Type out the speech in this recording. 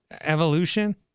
Evolution